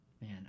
Man